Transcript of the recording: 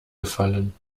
gefallen